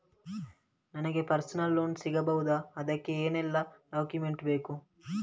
ನನಗೆ personal loan ಸಿಗಬಹುದ ಅದಕ್ಕೆ ಏನೆಲ್ಲ ಡಾಕ್ಯುಮೆಂಟ್ ಬೇಕು?